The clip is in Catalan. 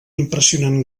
impressionant